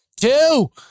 two